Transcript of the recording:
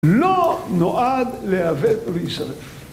לא נועד להיאבד ולהישרף